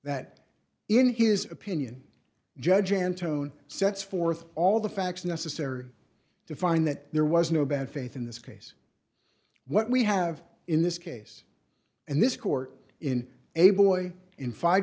that in his opinion judge and tone sets forth all the facts necessary to find that there was no bad faith in this case what we have in this case and this court in able in five